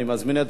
אני מזמין את